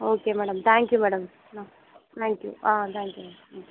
okay madam thank you madam ah thank you ah thank you ம்